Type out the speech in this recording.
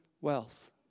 wealth